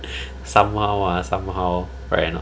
somehow ah somehow right or not